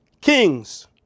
kings